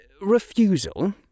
Refusal